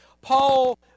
Paul